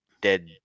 dead